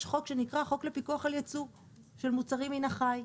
יש חוק שנקרא חוק לפיקוח על ייצוא של מוצרים מן החי,